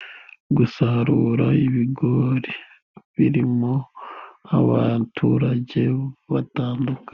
Gusarura ibigori birimo abaturage batandukanye.